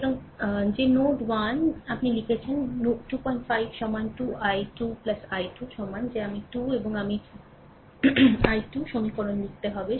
সুতরাং যে নোড 1 সুতরাং আপনি লিখেছেন যে 25 সমান 2 i 2 i 2 সমান যে আমি 2 এবং আমি 2 সমীকরণ লিখতে হবে